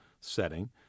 setting